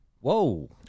Whoa